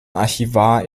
archivar